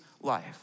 life